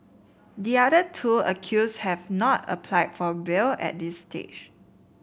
the other two accused have not applied for bail at this stage